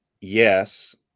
yes